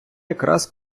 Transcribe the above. якраз